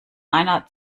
einer